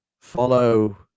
follow